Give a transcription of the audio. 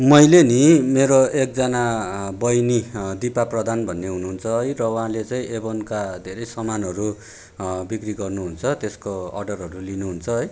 मैले नि मेरो एकजना बैनी दिपा प्रधान भन्ने हुनुहुन्छ है र उहाँले चाहिँ एभनका धेरै सामानहरू बिक्री गर्नुहुन्छ त्यसको अर्डरहरू लिनुहुन्छ है